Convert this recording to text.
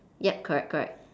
yup correct correct